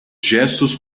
gestos